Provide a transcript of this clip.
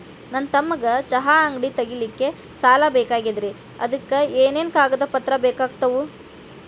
ನನ್ನ ತಮ್ಮಗ ಚಹಾ ಅಂಗಡಿ ತಗಿಲಿಕ್ಕೆ ಸಾಲ ಬೇಕಾಗೆದ್ರಿ ಅದಕ ಏನೇನು ಕಾಗದ ಪತ್ರ ಬೇಕಾಗ್ತವು?